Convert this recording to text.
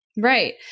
Right